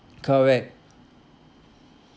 correct